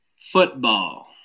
football